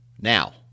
now